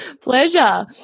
Pleasure